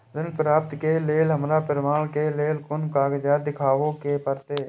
ऋण प्राप्त के लेल हमरा प्रमाण के लेल कुन कागजात दिखाबे के परते?